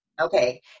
okay